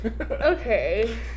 okay